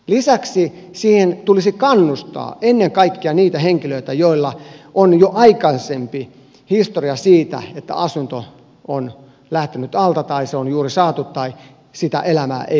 lisäksi siihen tulisi kannustaa ennen kaikkea niitä henkilöitä joilla on jo aikaisempi historia siitä että asunto on lähtenyt alta tai se on juuri saatu tai sitä elämää ei hallita